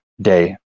day